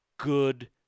good